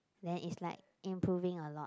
then is like improving a lot